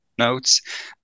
notes